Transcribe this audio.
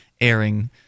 airing